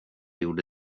gjorde